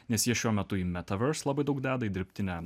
nes jie šiuo metu į meta verse labai daug deda į dirbtinę